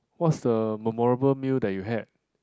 what's the memorable meal that you had